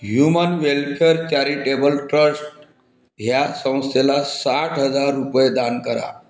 human welfare charitable trust ह्या संस्थेला साठ हजार रुपये दान करा